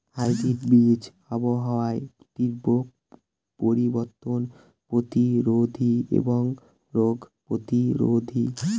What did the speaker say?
hybrid বীজ আবহাওয়ার তীব্র পরিবর্তন প্রতিরোধী এবং রোগ প্রতিরোধী